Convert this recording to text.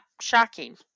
shocking